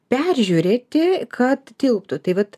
peržiūrėti kad tilptų tai vat